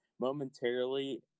momentarily